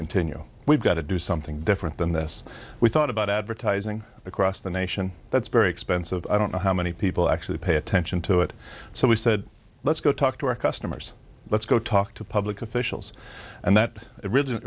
continue we've got to do something different than this we thought about advertising across the nation that's very expensive i don't know how many people actually pay attention to it so we said let's go talk to our customers let's go talk to public officials and that